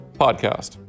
podcast